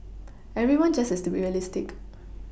everyone just has to be realistic